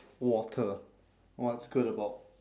water what's good about